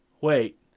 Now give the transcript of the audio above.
wait